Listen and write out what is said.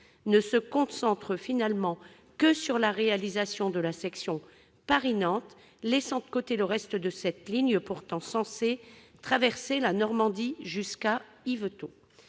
ne se concentre finalement que sur la réalisation de la section Paris-Mantes, laissant de côté le reste de cette ligne pourtant censée traverser la Normandie jusqu'à Yvetot.